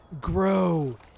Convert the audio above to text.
grow